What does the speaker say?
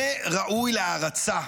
זה ראוי להערצה,